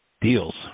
deals